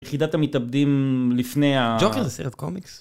יחידת המתאבדים לפני ה... ג'וקר זה סרט קומיקס.